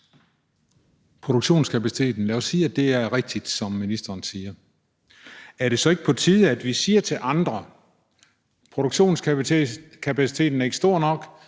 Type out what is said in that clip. produktionskapaciteten, er rigtigt, men er det så ikke på tide, at vi siger til andre: Produktionskapaciteten er ikke stor nok,